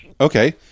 Okay